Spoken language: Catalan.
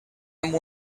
amb